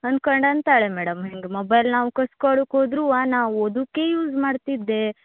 ಅನ್ಕಂಡು ಅಂತಾಳೆ ಮೇಡಮ್ ಹಿಂಗೆ ಮೊಬೈಲ್ ನಾವು ಕಸ್ಕೊಳ್ಳುಕ್ಕೆ ಹೋದ್ರುವೆ ನಾವು ನಾ ಓದೋಕೇ ಯೂಸ್ ಮಾಡ್ತ ಇದ್ದೆ